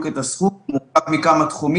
את הסכומים כי הוא מורכב מכמה תחומים,